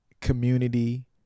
community